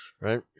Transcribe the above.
right